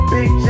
Big